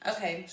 Okay